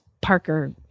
Parker